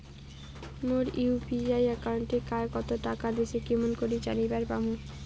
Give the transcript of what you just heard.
মোর UPI একাউন্টে কায় কতো টাকা দিসে কেমন করে জানিবার পামু?